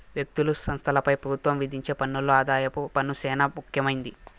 వ్యక్తులు, సంస్థలపై పెబుత్వం విధించే పన్నుల్లో ఆదాయపు పన్ను సేనా ముఖ్యమైంది